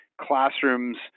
classrooms